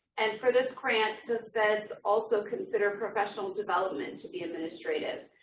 and for this grant, the feds also consider professional development to be administrative,